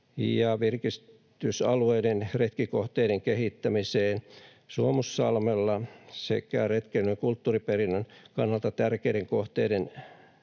virkistysalueiden ja retkikohteiden kehittämiseen Suomussalmella, retkeilyn ja kulttuuriperinnön kannalta tärkeiden kohteiden